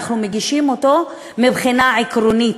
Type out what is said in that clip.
אנחנו מגישים אותו מבחינה עקרונית,